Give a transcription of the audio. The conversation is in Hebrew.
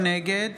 נגד